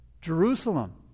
Jerusalem